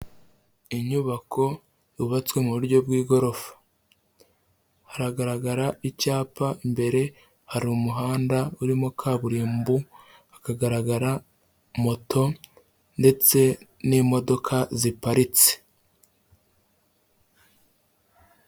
Inyubako yubatswe mu buryo bw'igorofa, haragaragara icyapa imbere hari umuhanda urimo kaburimbo, hakagaragara moto ndetse n'imodoka ziparitse.